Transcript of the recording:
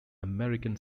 american